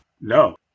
No